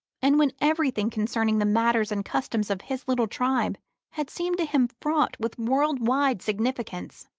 and when everything concerning the manners and customs of his little tribe had seemed to him fraught with world-wide significance.